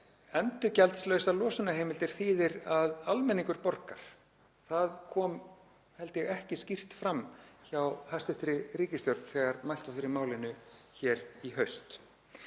endurgjaldslausar losunarheimildir þýða að almenningur borgar. Það kom held ég ekki skýrt fram hjá hæstv. ríkisstjórn þegar mælt var fyrir málinu í haust.